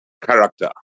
character